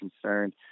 concerned